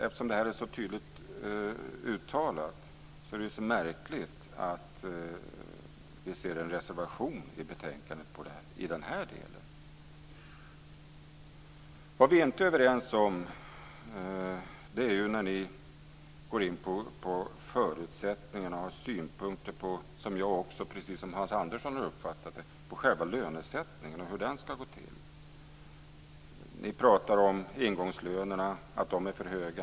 Eftersom det här är så tydligt uttalat är det märkligt att vi ser en reservation i betänkandet i den här delen. Vad vi inte är överens om är när att ni går in på förutsättningarna och, precis som också Hans Andersson uppfattat det, har synpunkter på själva lönesättningen och hur den ska gå till. Ni pratar om att ingångslönerna är för höga.